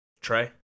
Trey